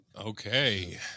Okay